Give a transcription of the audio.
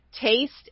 taste